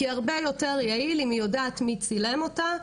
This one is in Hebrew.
כי הרבה יותר יעיל אם היא יודעת מי צילם אותה,